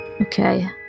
Okay